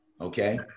okay